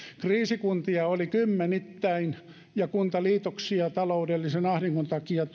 kriisikuntia oli kymmenittäin ja kuntaliitoksia tuli paljon taloudellisen ahdingon takia